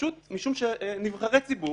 פשוט משום שנבחרי ציבור